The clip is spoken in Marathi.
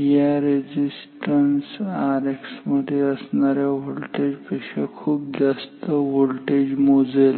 या रेझिस्टन्स Rx मध्ये असणाऱ्या व्होल्टेज पेक्षा खूप जास्त व्होल्टेज मोजेल